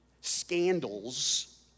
Scandals